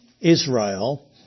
israel